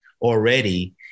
already